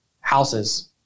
houses